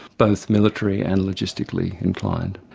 both military and logistically inclined.